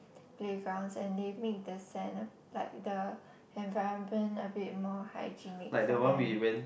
playgrounds and they make the sand uh like the environment a bit more hygienic for them